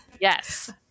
Yes